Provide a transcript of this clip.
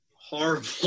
horrible